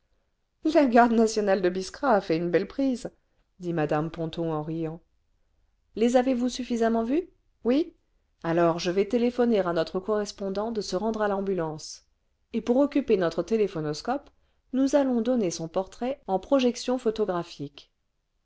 la garde nationale clc biskra a fait une belle prise dit mme ponto en riant les avez-vous suffisamment vues oui alors je vais téléphoner à notre correspondant de se rendre à l'ambulance et pour occuper notre téléphonoscope nous allons donner son portrait en projection photographique